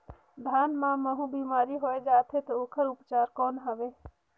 धान मां महू बीमारी होय जाथे तो ओकर उपचार कौन हवे?